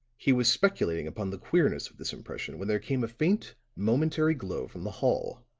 he was speculating upon the queerness of this impression when there came a faint, momentary glow from the hall